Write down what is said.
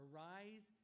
Arise